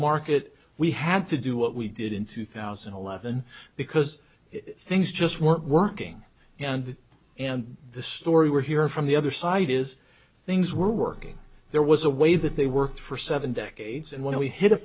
market we had to do what we did in two thousand and eleven because things just weren't working and that and the story we're here from the other side is things were working there was a way that they worked for seven decades and when we hit a